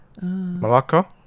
Malacca